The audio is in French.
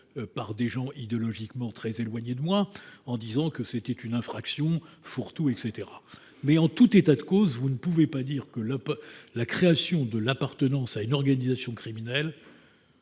par des gens idéologiquement très éloignés de moi, qui lui reprochent son côté fourre tout. En tout état de cause, vous ne pouvez pas dire que la création de l’appartenance à une organisation criminelle